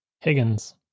Higgins